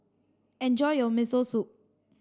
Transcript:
enjoy your Miso Soup